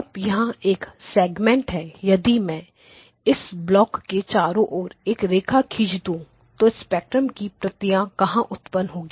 अब यह एक सेगमेंट है यदि मैं इस ब्लॉक के चारों ओर एक रेखा खींच दूं तो स्पेक्ट्रम की प्रतियां कहां उत्पन्न होगी